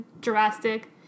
drastic